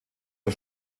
der